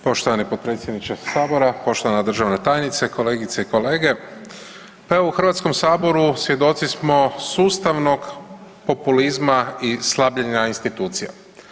Poštovani potpredsjedniče sabora, poštovana državna tajnice, kolegice i kolege, pa evo u Hrvatskom saboru svjedoci smo sustavnog populizma i slabljenja institucija.